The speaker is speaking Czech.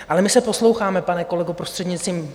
Ale my se posloucháme, pane kolego, prostřednictvím...